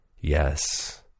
Yes